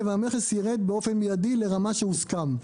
והמכס יירד באופן מיידי לרמה שהוסכם,